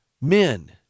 Men